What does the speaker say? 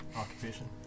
occupation